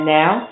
now